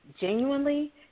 genuinely